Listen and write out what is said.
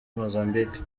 mozambique